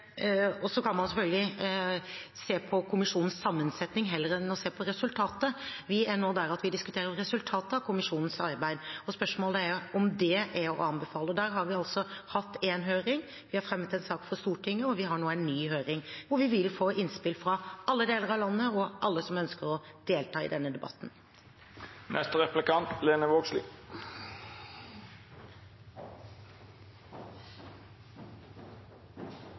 og størrelsesmessig. Så kan man selvfølgelig se på kommisjonens sammensetning heller enn å se på resultatet. Vi er nå der at vi diskuterer resultatet av kommisjonens arbeid. Spørsmålet er om det er å anbefale. Der har vi hatt én høring, vi har fremmet en sak for Stortinget, og vi har nå en ny høring, der vi vil få innspill fra alle deler av landet og fra alle som ønsker å delta i denne